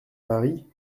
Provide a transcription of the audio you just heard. mari